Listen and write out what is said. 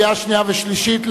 לקריאה שנייה ושלישית.